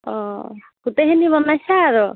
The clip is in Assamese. অ' গোটেখিনি বনাইছা আৰু